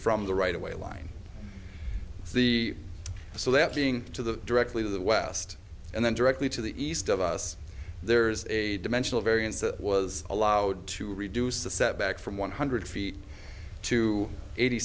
from the right away line the so that being to the directly to the west and then directly to the east of us there is a dimensional variance that was allowed to reduce the setback from one hundred feet to eighty